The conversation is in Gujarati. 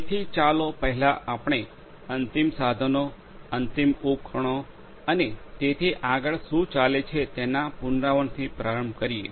તેથી ચાલો પહેલા આપણે અંતિમ સાધનો અંતિમ ઉપકરણો અને તેથી આગળ શું ચાલે છે તેના પુનરાવર્તનથી પ્રારંભ કરીએ